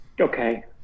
Okay